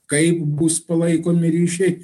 kaip bus palaikomi ryšiai